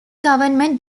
government